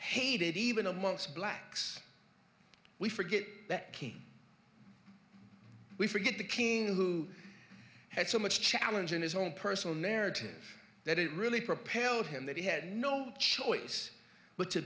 hated even amongst blacks we forget that we forget the king who had so much challenge in his own personal narrative that it really propelled him that he had no choice but to